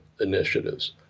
initiatives